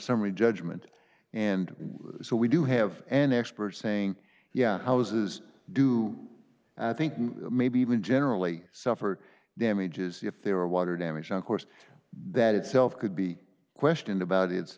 summary judgment and so we do have an expert saying yeah i was is do i think maybe even generally suffered damages if they were water damage of course that itself could be questioned about i